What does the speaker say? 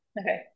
Okay